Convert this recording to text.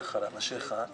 עם אנשיך,